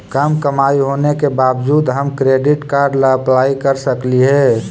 कम कमाई होने के बाबजूद हम क्रेडिट कार्ड ला अप्लाई कर सकली हे?